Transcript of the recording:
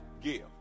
give